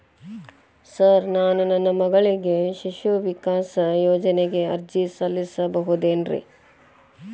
Sir ನಾನು ನನ್ನ ಮಗಳಿಗೆ ಶಿಶು ವಿಕಾಸ್ ಯೋಜನೆಗೆ ಅರ್ಜಿ ಸಲ್ಲಿಸಬಹುದೇನ್ರಿ?